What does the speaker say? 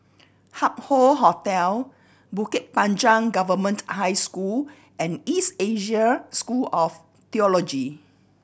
Hup Hoe Hotel Bukit Panjang Government High School and East Asia School of Theology